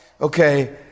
Okay